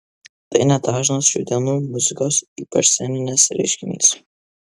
tai nedažnas šių dienų muzikos ypač sceninės reiškinys